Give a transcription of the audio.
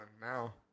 now